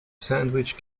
sandwich